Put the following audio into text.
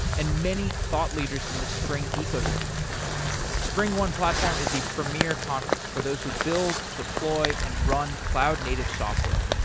and many thought leaders in the spring ecosystem springone platform is the premier conference for those who build, deploy and run cloud-native software.